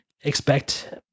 expect